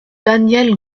daniel